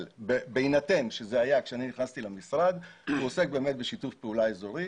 אבל בהינתן שזה היה כשנכנסתי למשרד הוא עוסק באמת בשיתוף פעולה אזורי